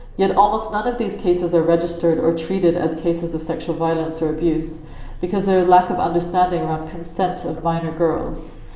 yet almost none of these cases are registered or treated as cases of sexual violence or abuse because their lack of understanding around consent of minor girls,